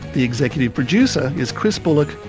the executive producer is chris bullock,